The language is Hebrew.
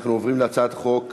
אנחנו עוברים להצעת חוק 771,